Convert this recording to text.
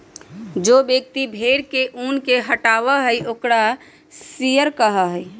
जो व्यक्ति भेड़ के ऊन के हटावा हई ओकरा शियरर कहा हई